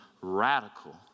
radical